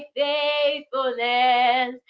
faithfulness